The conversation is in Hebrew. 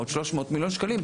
עוד 300 מיליון שקלים,